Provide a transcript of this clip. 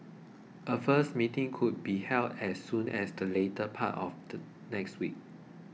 a first meeting could be held as soon as the latter part of the next week